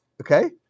Okay